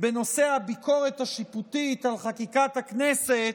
בנושא הביקורת השיפוטית על חקיקת הכנסת,